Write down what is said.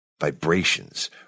Vibrations